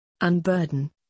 Unburden